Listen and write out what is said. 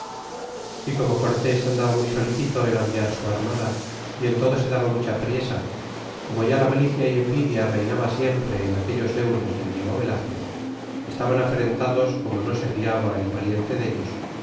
y como cortés andaba muy soncito en aviar su armada y en todo se daba mucha priesa como ya la malicia y envidia reynaha siempre en aquellos deudos del diego velazquez estaban afrentados como no se fiaba el pariente dellos